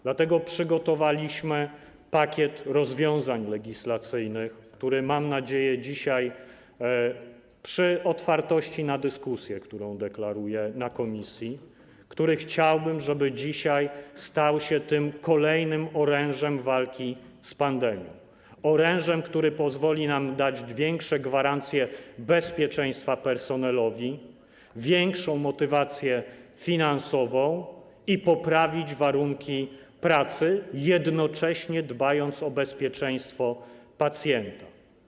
Dlatego przygotowaliśmy pakiet rozwiązań legislacyjnych i mam nadzieję dzisiaj - przy otwartości na dyskusję w komisji, którą deklaruję - chciałbym, żeby dzisiaj stał się on kolejnym orężem walki z pandemią, orężem, który pozwoli nam dać większe gwarancje bezpieczeństwa personelowi, większą motywację finansową i poprawić warunki pracy, jednocześnie dbając o bezpieczeństwo pacjenta.